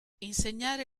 insegnare